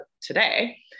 today